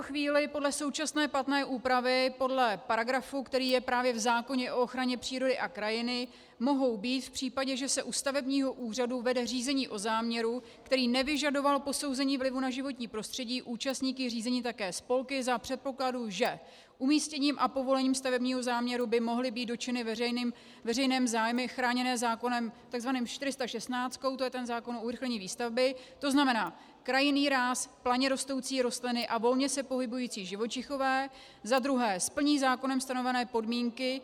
V tuto chvíli podle současné platné úpravy, podle paragrafu, který je právě v zákoně o ochraně přírody a krajiny, mohou být v případě, že se u stavebního úřadu vede řízení o záměru, který nevyžadoval posouzení vlivu na životní prostředí, účastníky řízení také spolky za předpokladu, že umístěním a povolením stavebního záměru by mohly být dotčeny veřejné zájmy chráněné zákonem 416, to je zákon o urychlení výstavby, to znamená krajinný ráz, planě rostoucí rostliny a volně se pohybující živočichové, za druhé, splní zákonem stanovené podmínky.